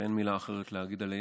ואין מילה אחרת להגיד על העניין.